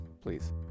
please